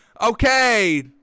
Okay